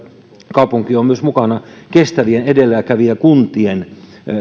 kaupunki on myös mukana kestävien edelläkävijäkuntien